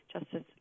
Justice